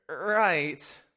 Right